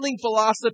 philosophy